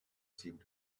seemed